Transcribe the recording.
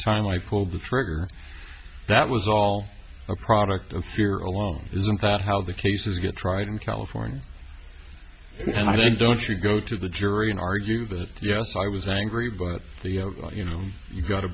time i pulled the trigger that was all a product of fear alone isn't that how the cases get tried in california and i think don't you go to the jury and argue that yes i was angry but you know you've got to